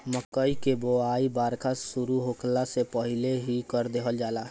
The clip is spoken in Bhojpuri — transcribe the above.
मकई कअ बोआई बरखा शुरू होखला से पहिले ही कर देहल जाला